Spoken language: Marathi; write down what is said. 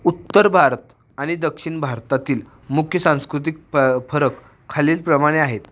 उत्तर भारत आणि दक्षिण भारतातील मुख्य सांस्कृतिक प फरक खालीलप्रमाणे आहेत